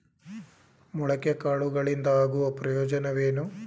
ಮೊಳಕೆ ಕಾಳುಗಳಿಂದ ಆಗುವ ಪ್ರಯೋಜನವೇನು?